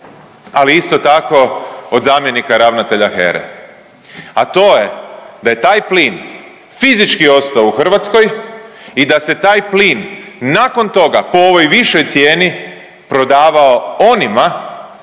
ali isto tako od zamjenika ravnatelja HERA-e, a to je da je taj plin fizički ostao u Hrvatskoj i da se taj plin nakon toga po ovoj višoj cijeni prodavao onima